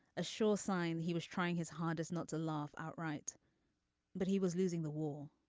a sure sign he was trying his hardest not to laugh outright but he was losing the war.